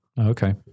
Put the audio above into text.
Okay